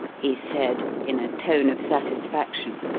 he said, in a tone of satisfaction,